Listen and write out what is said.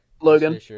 Logan